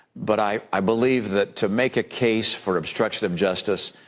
but i i believe that to make a case for obstruction of justice,